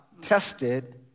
tested